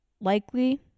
likely